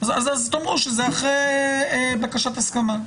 שזה אחרי בקשת הסכמה.